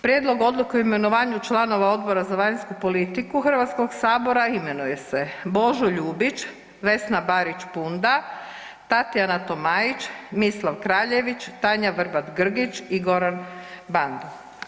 Prijedlog odluke o imenovanju članova Odbora za vanjsku politiku Hrvatskog sabora imenuju se Božo Ljubić, Vesna Barić Punda, Tatjana Tomaić, Mislav Kraljević, Tanja Vrbat Grgić i Goran Bandov.